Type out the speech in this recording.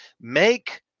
make